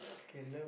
k love